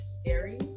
scary